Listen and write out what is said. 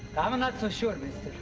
i'm not so sure,